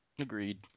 Agreed